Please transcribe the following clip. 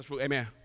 Amen